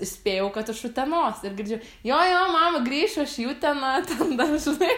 spėjau kad iš utenos ir girdžiu jo jo mama grįšiu aš į uteną ten dar žinai